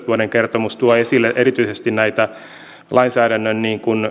vuoden kaksituhattaviisitoista kertomus tuo esille erityisesti näitä lainsäädännön